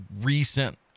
recent